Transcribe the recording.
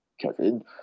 Kevin